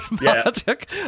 Magic